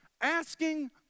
asking